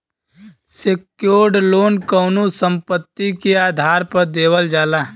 secured loan कउनो संपत्ति के आधार पर देवल जाला